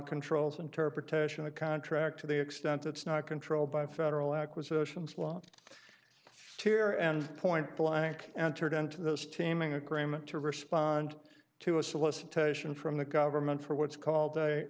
controls interpretation a contract to the extent it's not controlled by federal acquisitions law tear and point blank and turned into this teeming agreement to respond to a solicitation from the government for what's called